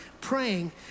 praying